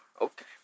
Okay